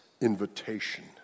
invitation